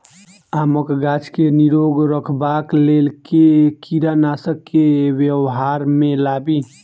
आमक गाछ केँ निरोग रखबाक लेल केँ कीड़ानासी केँ व्यवहार मे लाबी?